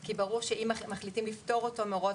כי ברור שאם מחליטים לפטור אותו מהוראות